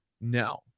No